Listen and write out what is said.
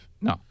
No